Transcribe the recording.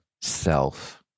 self